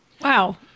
Wow